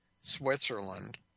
Switzerland